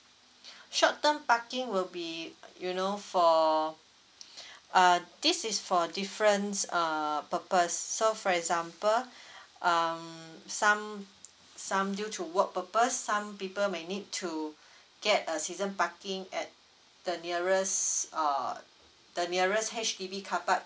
short term parking will be you know for uh this is for differents err purpose so for example um some some due to work purpose some people may need to get a season parking at the nearest uh the nearest H_D_B car park